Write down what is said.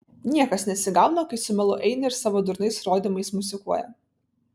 niekas nesigauna kai su melu eina ir savo durnais rodymais mosikuoja